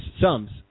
Sums